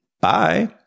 Bye